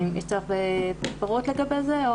יש צורך בפירוט לגבי זה?